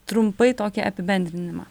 trumpai tokį apibendrinimą